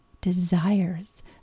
desires